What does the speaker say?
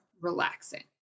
relaxing